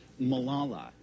Malala